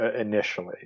initially